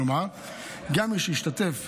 כלומר גם מי שהשתתף,